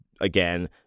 again